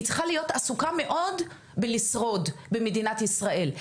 היא צריכה להיות עסוקה מאוד בלשרוד במדינת ישראל.